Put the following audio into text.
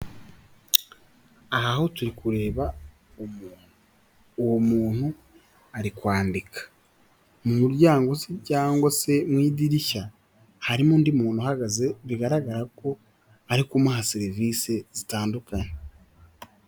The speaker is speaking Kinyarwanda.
Aha ho turi kureba umuntu, uwo muntu ari kwandika mu muryango cyangwa se mu idirishya harimo undi muntu uhagaze bigaragara ko ari kumuha serivisi zitandukanye.